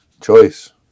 Choice